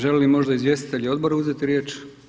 Želi li možda izvjestitelji odbora uzeti riječ?